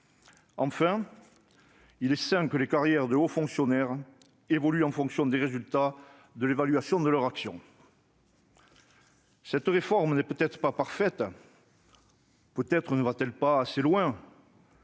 Enfin, il est sain que les carrières de nos hauts fonctionnaires évoluent en fonction des résultats de l'évaluation de leur action. Cette réforme n'est peut-être pas parfaite, elle ne va peut-être pas assez loin,